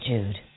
Jude